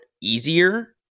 easier